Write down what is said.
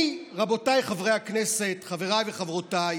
אני, רבותיי חברי הכנסת, חבריי וחברותיי,